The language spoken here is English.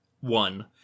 one